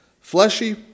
fleshy